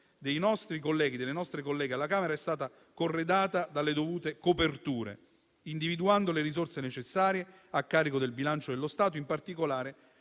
dei nostri colleghi e delle nostre colleghe alla Camera è stata corredata dalle dovute coperture, individuando le risorse necessarie a carico del bilancio dello Stato, in particolare